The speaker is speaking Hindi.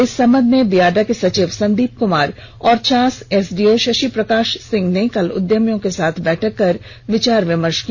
इस संबंध में बियाडा के सचिव संदीप कुमार और चास एसडीओ शषि प्रकाश सिंह ने कल उद्यमियों के साथ बैठक कर विचार विमर्श किया